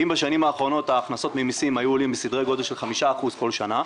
אם בשנים האחרונות ההכנסות ממסים היו עולים בסדרי גודל של 5% כל שנה,